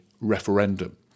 referendum